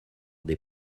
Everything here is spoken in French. des